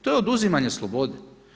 To je oduzimanje slobode.